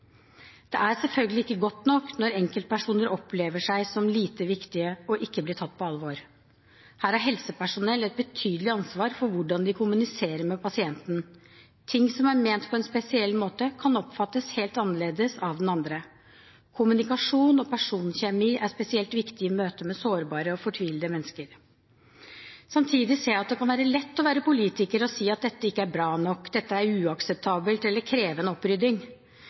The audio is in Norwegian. Det er selvfølgelig ikke godt nok når enkeltpersoner opplever seg som lite viktig, og ikke blir tatt på alvor. Her har helsepersonell et betydelig ansvar for hvordan de kommuniserer med pasienten. Ting som er ment på en spesiell måte, kan oppfattes helt annerledes av den andre. Kommunikasjon og personkjemi er spesielt viktig i møte med sårbare og fortvilede mennesker. Samtidig ser jeg at det kan være lett å være politiker og si at dette ikke er bra nok, dette er uakseptabelt – eller kreve en opprydding.